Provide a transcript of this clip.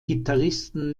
gitarristen